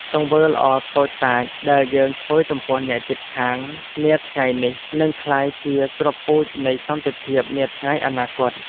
ទង្វើល្អតូចតាចដែលយើងធ្វើចំពោះអ្នកជិតខាងនាថ្ងៃនេះនឹងក្លាយជាគ្រាប់ពូជនៃសន្តិភាពនាថ្ងៃអនាគត។